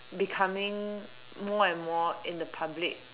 becoming more and more in the public